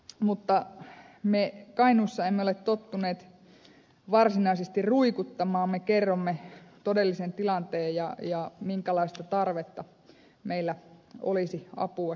mutta me kainuussa emme ole tottuneet varsinaisesti ruikuttamaan me kerromme todellisen tilanteen ja minkälaista tarvetta meillä olisi apua saada